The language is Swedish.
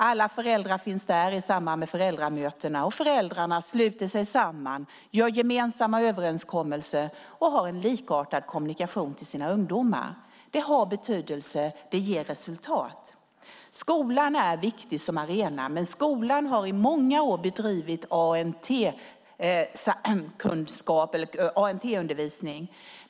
Alla föräldrar finns där i samband med föräldramöten, och föräldrarna sluter sig samman och gör gemensamma överenskommelser och har en likartad kommunikation till sina ungdomar. Det har betydelse, och det ger resultat. Skolan är viktig som arena, och skolan har i många år bedrivit ANT-undervisning.